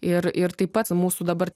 ir ir taip pat mūsų dabar